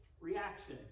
reaction